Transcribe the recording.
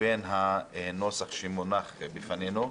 לבין הנוסח שמונח בפנינו.